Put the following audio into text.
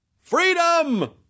Freedom